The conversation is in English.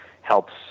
helps